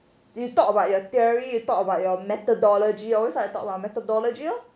you talk about your theory you talk about your methodology always like to talk about methodology lor